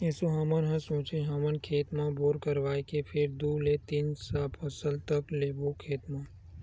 एसो हमन ह सोचे हवन खेत म बोर करवाए के फेर दू ले तीन फसल तक लेबो खेत म